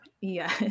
yes